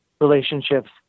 relationships